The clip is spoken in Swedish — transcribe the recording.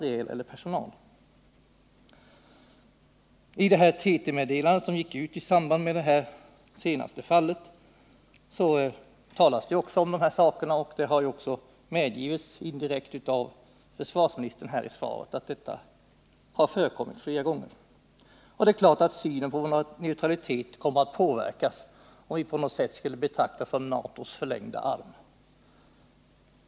I det TT-meddelande som gick ut i samband med det senaste fallet påtalas också att sådant har förekommit flera gånger, och detta har indirekt medgivits också av försvarsministern i svaret. Det är klart att synen på vår neutralitet kommer att påverkas, om vi på något sätt skulle komma att betraktas som NATO:s förlängda arm.